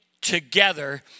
together